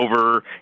over